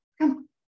Come